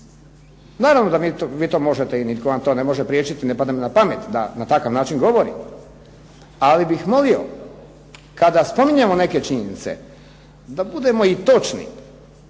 Naravno da vi to možete i nitko vam to ne može priječiti, ne pada mi na pamet da na takav način govorim ali bih molio kada spominjemo neke činjenice da budemo i točni